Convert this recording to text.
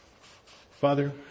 Father